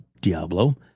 diablo